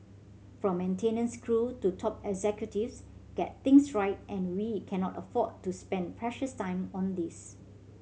from maintenance crew to top executives get things right and we cannot afford to spend precious time on this